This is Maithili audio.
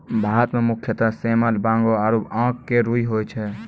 भारत मं मुख्यतः सेमल, बांगो आरो आक के रूई होय छै